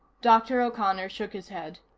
dr. o'connor shook his head.